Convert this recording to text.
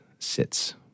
Sits